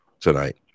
tonight